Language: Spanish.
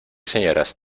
señoras